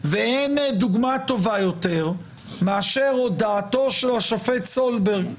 אין דוגמה טובה יותר מאשר הודעתו של השופט סולברג.